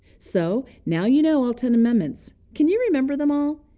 so now you know all ten amendments. can you remember them all?